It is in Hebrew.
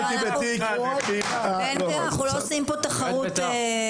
אנחנו לא עושים פה תחרות.